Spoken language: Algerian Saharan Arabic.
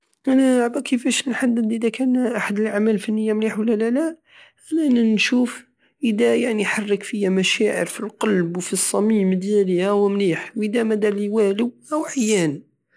انا عبالك كيفاش نحدد ادا كان احد الاعمال الفنية مليح ولا لالا انا نشوف ادا يعني حرك فيا مشاعر فالقلب والصميم ديالي هاو مليح وادا مدارلي والو هاو عيان